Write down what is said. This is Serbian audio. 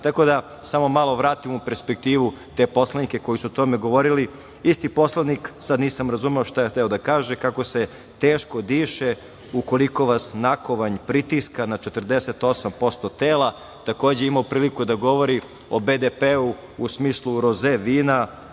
da, samo malo da vratim u perspektivu te poslanike koji su o tome govorili. Isti poslanik, sad nisam razumeo šta je hteo da kaže, kako se teško diše ukoliko vas nakovanj pritiska na 48% tela, takođe imao priliku da govori o BDP-u u smislu roze vina,